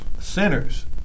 sinners